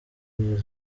new